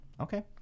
Okay